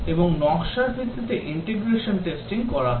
এবং নকশার ভিত্তিতে ইন্টিগ্রেশন টেস্টিং করা হয়